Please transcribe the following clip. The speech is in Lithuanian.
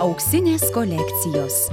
auksinės kolekcijos